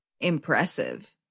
impressive